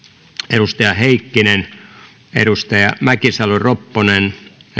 heikkinen mäkisalo ropponen